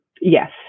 Yes